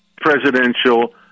presidential